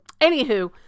Anywho